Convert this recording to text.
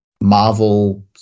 Marvel